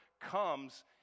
comes